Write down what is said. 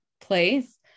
place